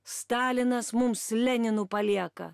stalinas mums leninu palieka